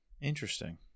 interesting